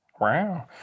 wow